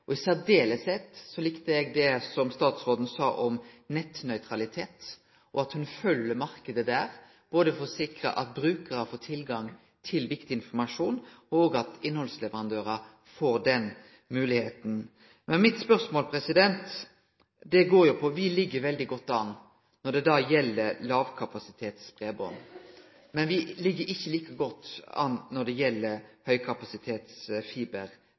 Og særleg likte eg det statsråden som sa om nettnøytralitet, og at ho følgjer marknaden der både for å sikre at brukarane får tilgang til viktig informasjon, og at innhaldsleverandørar får den moglegheita. Me ligg jo veldig godt an når det gjeld lågkapasitetsbreiband, men me ligg ikkje like godt an når det